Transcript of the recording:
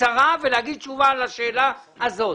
בקצרה ותנו תשובה לשאלה הזאת.